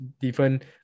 different